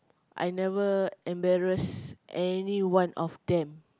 I never embarass any one of them